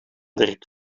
dirk